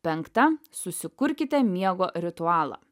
penkta susikurkite miego ritualą